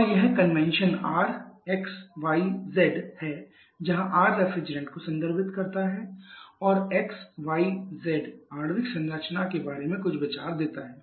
और यह convention Rxyz है जहां R रेफ्रिजरेंट को संदर्भित करता है और xyz आणविक संरचना के बारे में कुछ विचार देता है